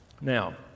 Now